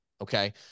okay